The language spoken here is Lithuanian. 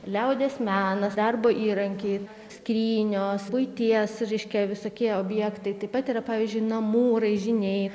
liaudies menas darbo įrankiai skrynios buities raiškia visokie objektai taip pat yra pavyzdžiui namų raižiniai